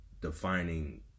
defining